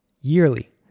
yearly